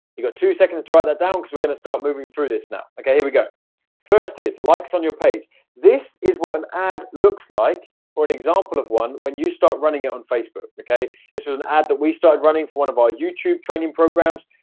you got two seconds to write that down because we're going to start moving through this now, okay here we go first is likes on your page this is what an ad looks like or an example of one when you start running it on facebook, okay? this is an ad that we started running for one of our youtube training programs,